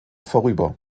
vorüber